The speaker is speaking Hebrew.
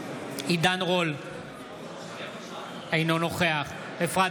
אינו נוכח דבי ביטון, בעד